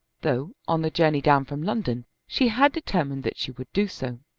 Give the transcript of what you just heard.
though, on the journey down from london, she had determined that she would do so.